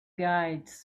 guides